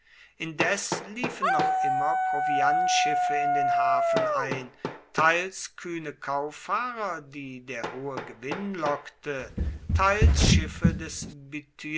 indes liefen noch immer proviantschiffe in den hafen ein teils kühne kauffahrer die der hohe gewinn lockte teils schiffe des